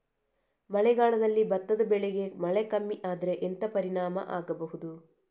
ಮಳೆಗಾಲದಲ್ಲಿ ಭತ್ತದ ಬೆಳೆಗೆ ಮಳೆ ಕಮ್ಮಿ ಆದ್ರೆ ಎಂತ ಪರಿಣಾಮ ಆಗಬಹುದು?